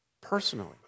Personally